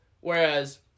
Whereas